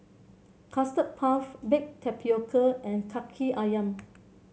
Custard Puff Baked Tapioca and Kaki ayam